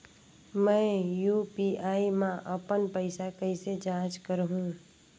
मैं यू.पी.आई मा अपन पइसा कइसे जांच करहु?